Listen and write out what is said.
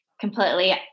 completely